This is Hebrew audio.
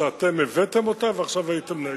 שאתם הבאתם אותה ועכשיו הייתם נגד.